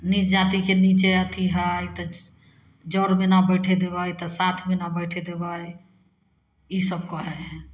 नीच जातिके निचे अथी हइ तऽ जरमे नहि बैठे देबै तऽ साथमे नहि बैठे देबै ईसब कहै हइ